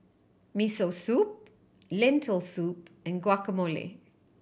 Miso Soup Lentil Soup and Guacamole